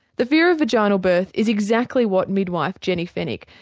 the fear of vaginal birth is exactly what midwife jenny fenwick,